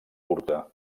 curta